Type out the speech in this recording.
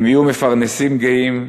הם יהיו מפרנסים גאים,